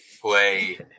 play